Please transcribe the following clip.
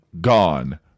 Gone